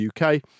UK